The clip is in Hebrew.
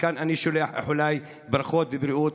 מכאן אני שולח איחולים וברכות בריאות